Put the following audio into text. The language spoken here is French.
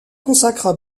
consacra